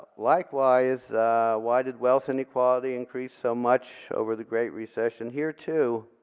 likewise why did wealth and equality increase so much over the great recession? here too